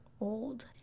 old